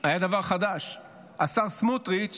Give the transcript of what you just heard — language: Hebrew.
היה דבר חדש, השר סמוטריץ'